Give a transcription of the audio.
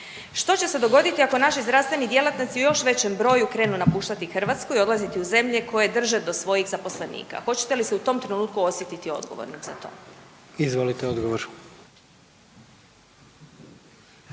što će se dogoditi ako naši zdravstveni djelatnici u još većem broju krenu napuštati Hrvatsku i odlaziti u zemlje koje drže do svojih zaposlenika? Hoćete li se u tom trenutku osjetiti odgovornim za to? **Jandroković,